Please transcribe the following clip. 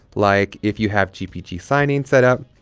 like if you have gpg signing setup,